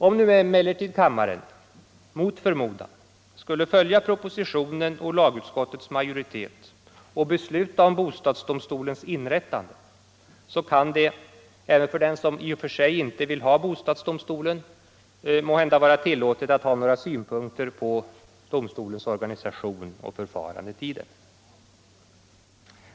Om nu emellertid kammaren — mot förmodan -— skulle följa propositionen och lagutskottets majoritet och besluta om bostadsdomstolens inrättande, kan det även för den som i och för sig inte vill ha bostadsdomstolen vara tillåtet att redovisa några synpunkter på dess organisation och förfarandet i den.